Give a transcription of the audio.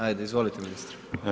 Ajde, izvolite ministre.